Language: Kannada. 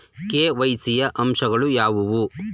ಕೆ.ವೈ.ಸಿ ಯ ಅಂಶಗಳು ಯಾವುವು?